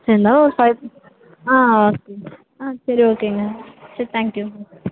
சரி இருந்தாலும் ஒரு ஃபை ஆ ஓகே ஆ சரி ஓகேங்க சரி தேங்க்யூங்க ஆ